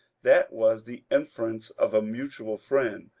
that was the inference of a mutual friend,